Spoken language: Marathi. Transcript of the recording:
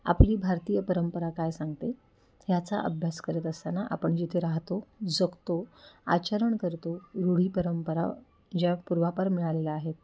आपली भारतीय परंपरा काय सांगते ह्याचा अभ्यास करत असताना आपण जिथे राहतो जगतो आचरण करतो रूढी परंपरा ज्या पूर्वापार मिळालेल्या आहेत